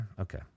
okay